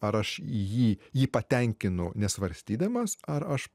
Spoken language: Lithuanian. ar aš jį jį patenkinu nesvarstydamas ar aš